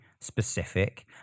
specific